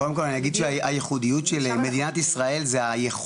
קודם כל אני אגיד שהייחודיות של מדינת ישראל זה היכולת